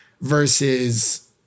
versus